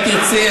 אם תרצי,